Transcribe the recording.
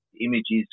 images